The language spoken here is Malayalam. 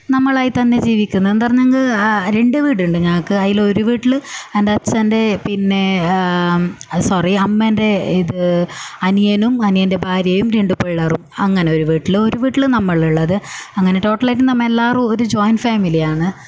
നമ്മളായി തന്നെ ജീവിക്കുന്നു എന്താണ് പറഞ്ഞെങ്കിൽ രണ്ട് വീടുണ്ട് ഞങ്ങൾക്ക് അതിലൊരു വീട്ടിൽ എൻ്റെ അച്ഛൻ്റെ പിന്നെ ആ സോറി അമ്മേന്റെ ഇത് അനിയനും അനിയൻ്റെ ഭാര്യയും രണ്ട് പിള്ളേരും അങ്ങനെ ഒരു വീട്ടിൽ ഒരു വീട്ടിൽ നമ്മളുള്ളത് അങ്ങനെ ടോട്ടൽ ആയിട്ട് നമ്മളെല്ലാവരും ഒരു ജോയിന്റ് ഫാമിലി ആണ്